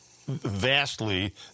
vastly